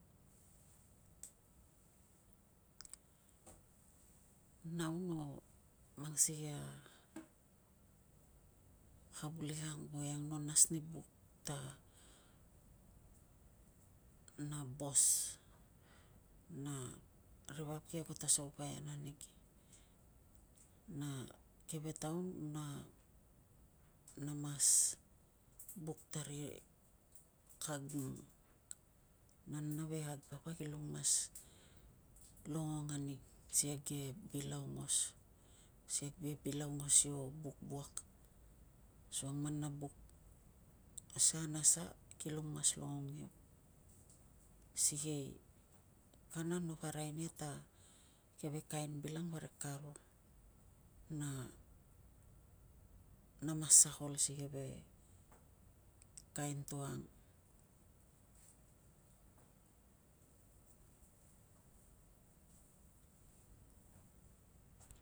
Nau no mang sikei a kavulik voiang no nas ni buk ta na bos na ri vap ki ago ta saupai an anig na keve ttaun na mas buk ta ri kag nana ve kag papa kilong mas longong anig si kag ke bil aungos, si kag ke bil aungos io buk wuak asukang a man no buk sa na sa kilong mas longong anig. Sikei kana napa arai nia ta keve kain bil ang parik ka ro na na mas sakol si keve kain to ang.